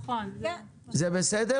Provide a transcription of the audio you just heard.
זה בסדר?